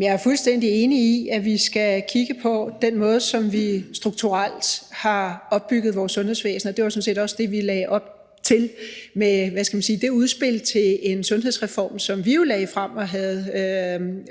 Jeg er fuldstændig enig i, at vi skal kigge på den måde, som vi strukturelt har opbygget vores sundhedsvæsen på. Det var sådan set også det, vi lagde op til med det udspil til en sundhedsreform, som vi jo lagde frem og havde